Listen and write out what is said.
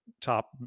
top